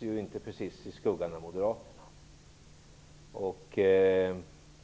ju inte precis så att man växer och frodas i skuggan av Moderaterna.